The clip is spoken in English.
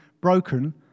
broken